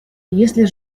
если